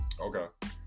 Okay